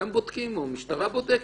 אתם בודקים או המשטרה בודקת?